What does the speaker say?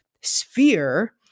sphere